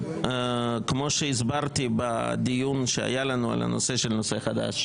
כמו שהסברתי בדיון שהיה לנו על הנושא של נושא חדש,